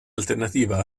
alternativa